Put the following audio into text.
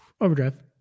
Overdrive